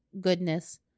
goodness